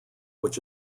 which